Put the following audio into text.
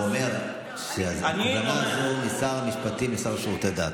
הוא אומר שהקובלנה הזו היא משר המשפטים לשר לשירותי דת.